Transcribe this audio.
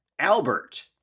Albert